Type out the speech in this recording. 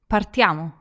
Partiamo